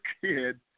kid